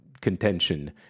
contention